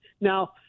Now